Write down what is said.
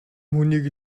хүнийг